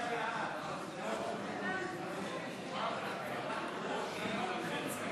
לעניין מגורים עם בן משפחה